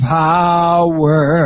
power